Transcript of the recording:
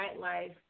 nightlife